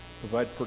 provide